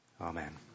Amen